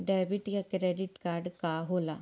Debit या credit card का होला?